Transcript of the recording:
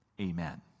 Amen